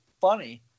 funny